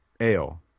Ale